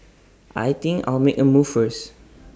I think I'll make A move first